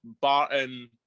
Barton